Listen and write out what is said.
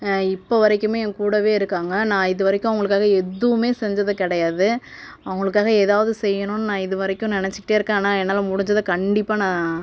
இப்போ வரைக்கும் என்கூடவே இருக்காங்க நான் இது வரைக்கும் அவங்களுக்காக எதுவுமே செஞ்சது கிடையாது அவங்களுக்காக ஏதாவது செய்யணும் நான் இது வரைக்கும் நினச்சிக்கிட்டே இருக்கேன் ஆனால் என்னால் முடிஞ்சத கண்டிப்பாக நான்